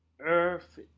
Earth